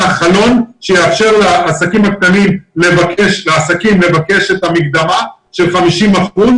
חלון שיאפשר לעסקים לבקש את המקדמה של 50 אחוזים.